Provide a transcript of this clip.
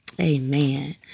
Amen